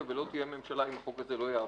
ולא תהיה ממשלה אם החוק הזה לא יעבור.